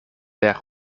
per